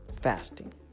fasting